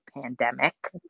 pandemic